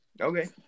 Okay